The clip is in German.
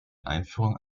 einführung